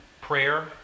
prayer